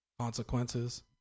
consequences